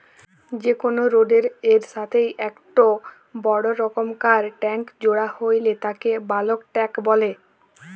যে কোনো রোডের এর সাথেই একটো বড় রকমকার ট্যাংক জোড়া হইলে তাকে বালক ট্যাঁক বলে